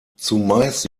zumeist